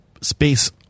space